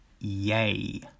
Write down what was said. Yay